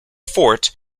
fort